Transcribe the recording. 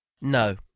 No